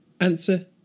Answer